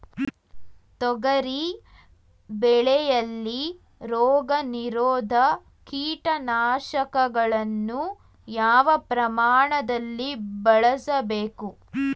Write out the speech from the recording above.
ತೊಗರಿ ಬೆಳೆಯಲ್ಲಿ ರೋಗನಿರೋಧ ಕೀಟನಾಶಕಗಳನ್ನು ಯಾವ ಪ್ರಮಾಣದಲ್ಲಿ ಬಳಸಬೇಕು?